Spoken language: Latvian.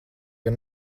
gan